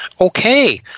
Okay